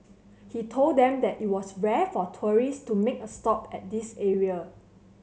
he told them that it was rare for tourist to make a stop at this area